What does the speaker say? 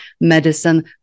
medicine